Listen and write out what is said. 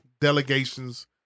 delegation's